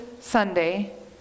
Sunday